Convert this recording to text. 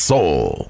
Soul